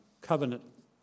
covenant